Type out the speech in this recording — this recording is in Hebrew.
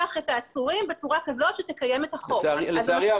אתגרים טכניים.